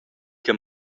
che